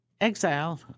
exile